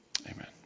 Amen